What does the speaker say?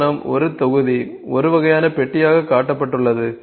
நிறுவனம் ஒரு தொகுதி ஒரு வகையான பெட்டியாக காட்டப்பட்டுள்ளது